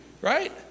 Right